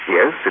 Yes